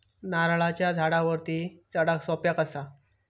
नारळाच्या झाडावरती चडाक सोप्या कसा?